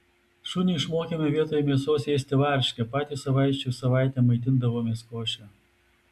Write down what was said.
šunį išmokėme vietoj mėsos ėsti varškę patys savaičių savaitėm maitindavomės koše